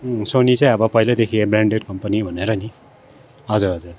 अँ सोनी चाहिँ अब पहिल्यैदेखि ब्रान्डेड कम्पनी भनेर नि हजुर हजुर